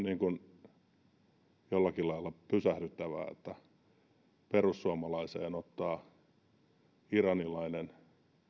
niin kuin jollakin lailla pysähdyttävää että perussuomalaiseen ottaa